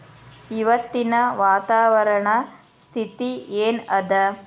ಇವತ್ತಿನ ವಾತಾವರಣ ಸ್ಥಿತಿ ಏನ್ ಅದ?